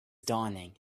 dawning